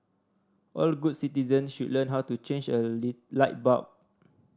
all good citizen should learn how to change a light bulb